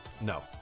No